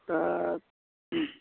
दा